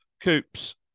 Coops